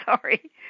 sorry